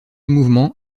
mouvement